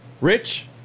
Rich